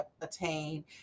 attain